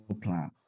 plan